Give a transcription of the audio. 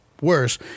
worse